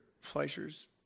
Fleischer's